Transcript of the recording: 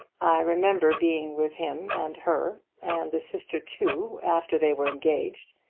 i remember being with him and her and the sister too, after they were engaged,